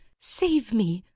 save me!